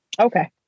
Okay